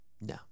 No